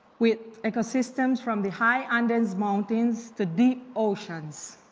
with ecosystems from the high and andes mountains, to deep oceans.